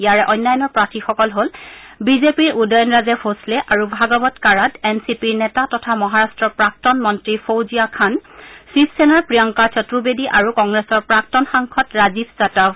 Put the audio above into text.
ইয়াৰে অন্যান্য প্ৰাৰ্থীসকল হল বিজেপিৰ উদয়নৰাজে ভোছলে আৰু ভাগৱত কাৰাড এন চি পিৰ নেতা তথা মহাৰট্টৰ প্ৰাক্তন মন্ত্ৰী ফৌজিয়া খান শিৱসেনাৰ প্ৰিয়ংকা চতুৰ্বেদী আৰু কংগ্ৰেছৰ প্ৰাক্তন সাংসদ ৰাজীৱ ছটভ